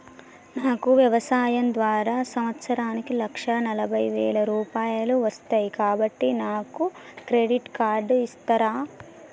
నాకు వ్యవసాయం ద్వారా సంవత్సరానికి లక్ష నలభై వేల రూపాయలు వస్తయ్, కాబట్టి నాకు క్రెడిట్ కార్డ్ ఇస్తరా?